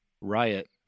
Riot